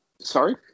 sorry